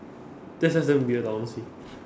that's just damn weird honestly